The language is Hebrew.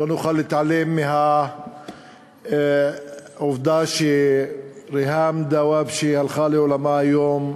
לא נוכל להתעלם מהעובדה שריהאם דוואבשה הלכה לעולמה היום,